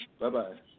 Bye-bye